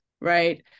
right